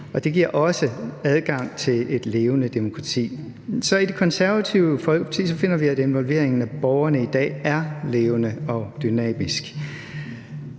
Det giver også adgang til et levende demokrati. Så i Det Konservative Folkeparti finder vi, at involveringen af borgerne i dag er levende og dynamisk.